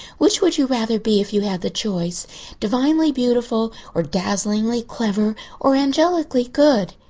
which would you rather be if you had the choice divinely beautiful or dazzlingly clever or angelically good?